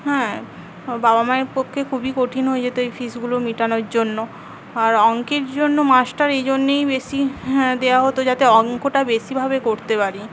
হ্যাঁ বাবা মায়ের পক্ষে খুবই কঠিন হয়ে যেতো এই ফিসগুলো মেটানোর জন্য আর অঙ্কের জন্য মাস্টার এই জন্যেই বেশী হ্যাঁ দেওয়া হত যাতে অঙ্কটা বেশীভাবে করতে পারি